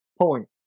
point